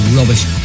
rubbish